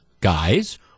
guys